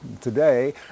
today